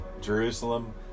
Jerusalem